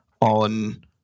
on